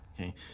okay